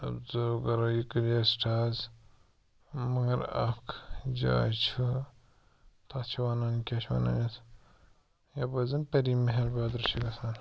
observe کَرَو یہِ clear stars مگر اَکھ جاے چھِ تَتھ چھِ وَنان کیٛاہ چھِ وَنان یَتھ یَپٲرۍ زَن پٔری محل بیٚتر چھِ گَژھان